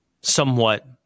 somewhat